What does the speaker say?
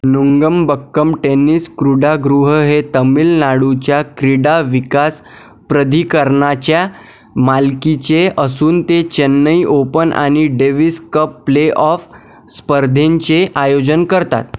Nungambakkam tennis क्रीडागृह हे तामीळनाडूच्या क्रीडाविकास प्रधिकरणाच्या मालकीचे असून ते चेन्नई ओपन आणि डेव्हिस कप प्लेऑफ स्पर्धेंचे आयोजन करतात